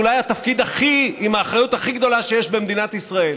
אולי התפקיד עם האחריות הכי גדולה שיש במדינת ישראל,